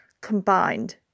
combined